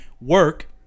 work